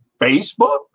Facebook